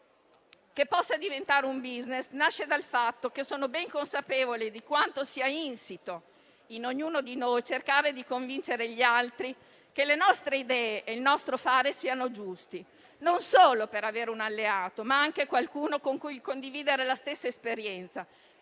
che possa diventare un *business,* nasce dal fatto che sono ben consapevole di quanto sia insito in ognuno di noi il tentativo di convincere gli altri che le nostre idee e il nostro fare siano giusti, per avere non solo un alleato, ma anche qualcuno con cui condividere la stessa esperienza,